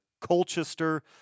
Colchester